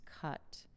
cut